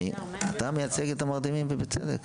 אתה מייצג את המרדימים, ובצדק.